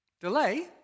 Delay